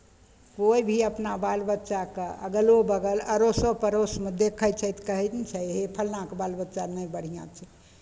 कोइ भी अपना बाल बच्चाकेँ अगलो बगल अड़ोसो पड़ोसमे देखै छै तऽ कहै ने छै हे फल्लाँके बाल बच्चा नहि बढ़िआँ छै